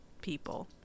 people